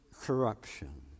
corruption